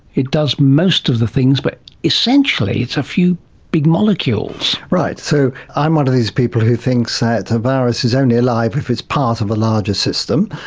it does most of the things, but essentially it's a few big molecules. right, so i'm one of these people who thinks that a virus is only alive if it's part of a larger system,